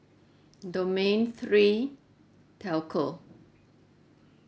domain three telco